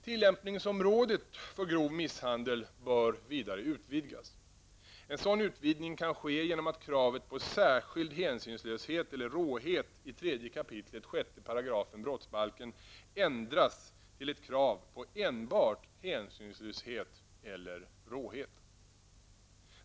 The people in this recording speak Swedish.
Tillämpningsområdet för grov misshandel bör vidare utvidgas. En sådan utvidgning kan ske genom att kravet på särskild hänsynslöshet eller råhet i 3 kap. 6 § brottsbalken ändras till ett krav på enbart hänsynslöshet eller råhet.